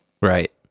right